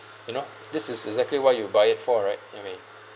you know this is exactly why you buy it for right I mean